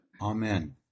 Amen